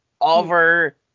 over